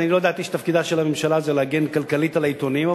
לא ידעתי שתפקידה של הממשלה הוא להגן כלכלית על העיתונים,